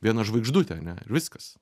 viena žvaigždutė ane ir viskas